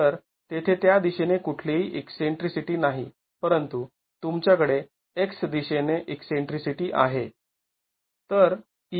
तर तेथे त्या दिशेने कुठलीही ईकसेंट्रीसिटी नाही परंतु तुमच्याकडे x दिशेने ईकसेंट्रीसिटी आहे